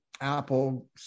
Apple